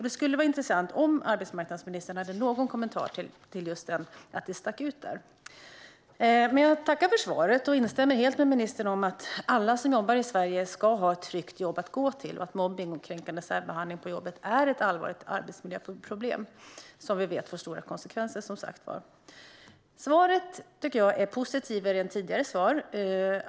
Det skulle vara intressant att höra om arbetsmarknadsministern har någon kommentar till att det stack ut där. Men jag instämmer helt med ministern om att alla som jobbar i Sverige ska ha ett tryggt jobb att gå till och att mobbning och kränkande särbehandling på jobbet är ett allvarligt arbetsmiljöproblem som vi, som sagt, vet får stora konsekvenser. Jag tycker att svaret är positivare än tidigare svar.